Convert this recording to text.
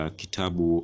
kitabu